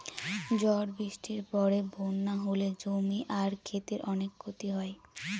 ঝড় বৃষ্টির পরে বন্যা হলে জমি আর ক্ষেতের অনেক ক্ষতি হয়